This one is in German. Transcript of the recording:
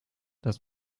dass